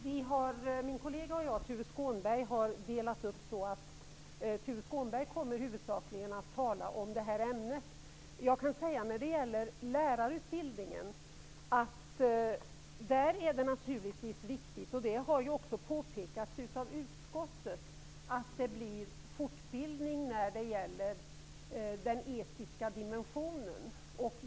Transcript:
Herr talman! Min kollega Tuve Skånberg och jag har delat upp frågan så att Tuve Skånberg huvudsakligen kommer att tala om det här ämnet. Jag kan beträffande lärarutbildningen säga att det naturligtvis är viktigt -- och det har också påpekats av utskottet -- att det blir fortbildning när det gäller den etiska dimensionen.